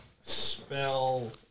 spell